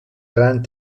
gran